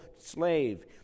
slave